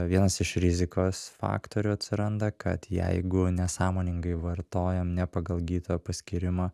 vienas iš rizikos faktorių atsiranda kad jeigu nesąmoningai vartojam ne pagal gydytojo paskyrimą